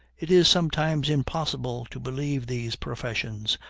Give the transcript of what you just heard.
it is sometimes impossible to believe these professions,